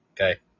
okay